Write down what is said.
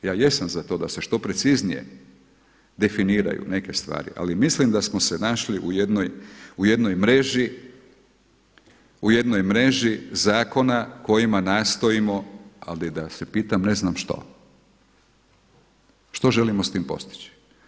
Ja jesam za to da se što preciznije definiraju neke stvari, ali mislim da smo se našli u jednoj mreži zakona kojima nastojimo, ali da se pitam ne znam što, što želimo s tim postići.